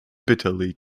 bitterly